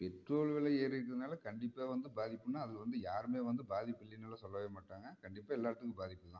petrol விலை ஏறிருக்கிறதனால கண்டிப்பாக வந்து பாதிப்புனால் அது வந்து யாருமே வந்து பாதிப்பு இல்லைன்னுலாம் சொல்லவே மாட்டாங்க கண்டிப்பாக எல்லாருக்குமே பாதிப்பு தான்